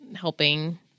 helping